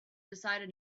decided